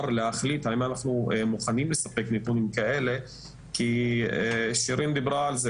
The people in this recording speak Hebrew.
להחליט האם אנחנו מוכנים לספק נתונים כאלה כי שירין דיברה על זה